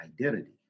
identity